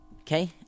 Okay